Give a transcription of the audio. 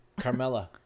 Carmella